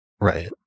right